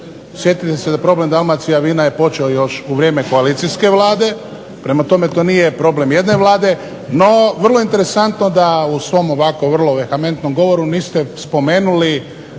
razumije./… da problem Dalmacijavina je počeo u vrijeme koalicijske vlade, prema tome to nije problem jedne vlade, no vrlo interesantno da u svom ovako vrlo vehementnom govoru niste spomenuli